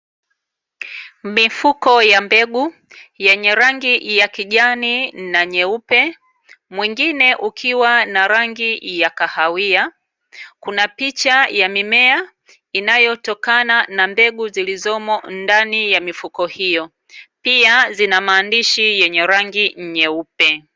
Mifuko ya mbegu, yenye rangi ya kijani na nyeupe, mwingine ukiwa na rangi ya kahawia kuna picha ya mimea inayotokana na mbegu zilizomo ndani ya mifuko hiyo, pia zina maandishi yenye rangi nyeupe.